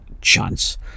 chance